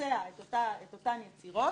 לבצע את אותן היצירות.